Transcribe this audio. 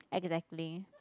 exactly